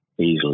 easily